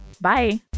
Bye